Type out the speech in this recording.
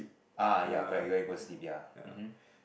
ah ya correct correct you go sleep ya um hum